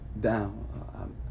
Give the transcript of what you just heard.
down